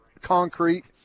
concrete –